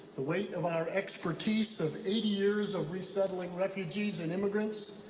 the weight of our expertise of eighty years of resettling refugees and immigrants.